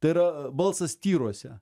tai yra balsas tyruose